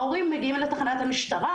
ההורים מגיעים אל תחנת המשטרה.